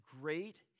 great